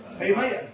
Amen